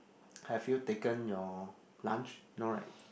have you taken your lunch no right